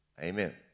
Amen